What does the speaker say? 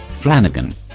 Flanagan